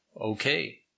okay